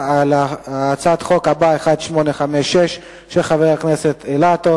בעד, 18, נגד,